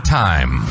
time